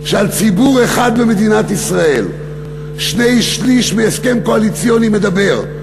שעל ציבור אחד במדינת ישראל שני-שלישים מהסכם קואליציוני מדבר: